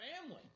family